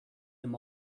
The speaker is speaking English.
them